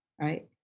right